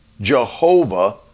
Jehovah